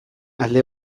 alde